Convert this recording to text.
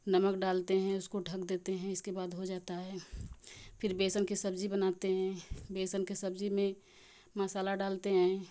नमक डालते हैं उसको ढक देते हैं इसके बाद हो जाता है फिर बेसन की सब्ज़ी बनाते हैं बेसन की सब्ज़ी में मसाला डालते हैं